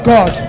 God